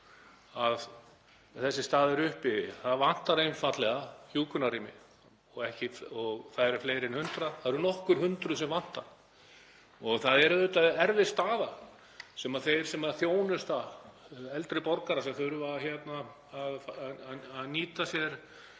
að þessi staða er uppi, það vantar einfaldlega hjúkrunarrými og það vantar fleiri en hundrað, það eru nokkur hundruð sem vantar. Það er auðvitað erfið staða fyrir þá sem þjónusta eldri borgara sem þurfa að nýta sér